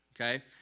okay